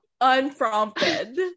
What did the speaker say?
unprompted